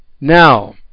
Now